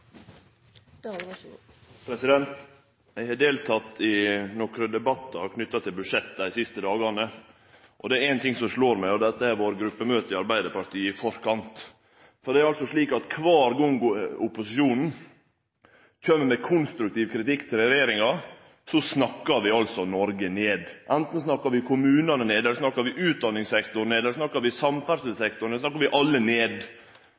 ein ting som slår meg, og det er at det har vore gruppemøte i Arbeidarpartiet i forkant. For det er slik at kvar gong opposisjonen kjem med konstruktiv kritikk til regjeringa, snakkar vi altså Noreg ned – anten snakkar vi kommunane ned, eller så snakkar vi utdanningssektoren ned, eller så snakkar vi samferdselssektoren ned, eller så snakkar vi alle ned.